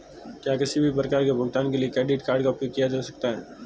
क्या किसी भी प्रकार के भुगतान के लिए क्रेडिट कार्ड का उपयोग किया जा सकता है?